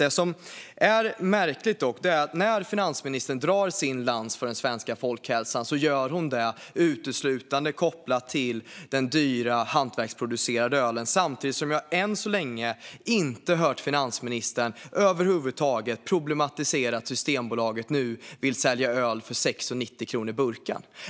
Det som är märkligt är att när finansministern drar sin lans för den svenska folkhälsan gör hon det uteslutande kopplat till den dyra hantverksproducerade ölen. Samtidigt har jag än så länge inte hört finansministern över huvud taget problematisera att Systembolaget nu vill sälja öl för 6,90 kronor burken.